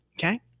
Okay